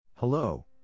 Hello